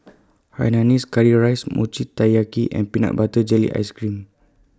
Hainanese Curry Rice Mochi Taiyaki and Peanut Butter Jelly Ice Cream